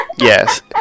Yes